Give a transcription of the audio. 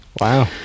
Wow